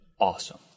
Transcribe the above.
Awesome